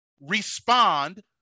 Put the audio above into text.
respond